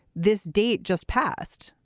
this date just passed.